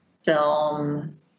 film